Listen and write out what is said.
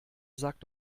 sagt